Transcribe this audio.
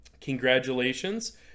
Congratulations